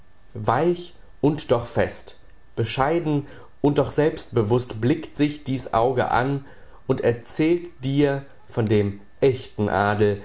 weich und doch fest bescheiden und doch selbstbewußt blickt dich dies auge an und erzählt dir von dem echten adel